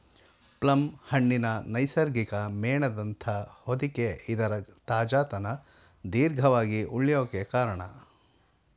plum ಹಣ್ಣಿನ ನೈಸರ್ಗಿಕ ಮೇಣದಂಥ ಹೊದಿಕೆ ಇದರ ತಾಜಾತನ ದೀರ್ಘವಾಗಿ ಉಳ್ಯೋಕೆ ಕಾರ್ಣ